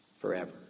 Forever